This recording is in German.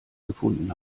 gefunden